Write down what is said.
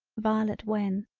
violet when.